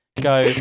go